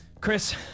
Chris